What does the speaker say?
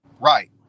Right